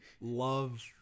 love